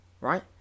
right